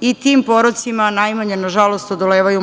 i tim porocima najmanje, nažalost, odolevaju